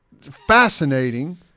fascinating